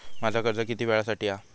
माझा कर्ज किती वेळासाठी हा?